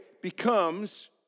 becomes